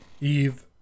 Eve